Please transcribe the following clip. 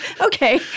okay